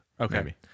Okay